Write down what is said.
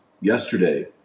yesterday